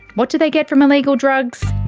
what do they get from illegal drugs?